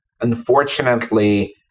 unfortunately